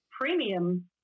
premium